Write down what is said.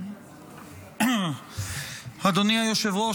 אדוני היושב-ראש,